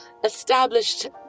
established